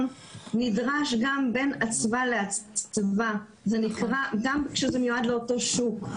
נדרש גם בין אצווה לאצווה גם כאשר זה מיועד לאותו שוק.